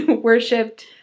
worshipped